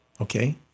okay